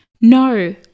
No